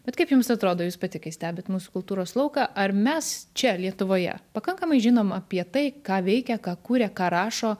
bet kaip jums atrodo jūs pati kai stebit mūsų kultūros lauką ar mes čia lietuvoje pakankamai žinom apie tai ką veikia ką kuria ką rašo